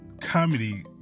comedy